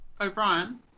O'Brien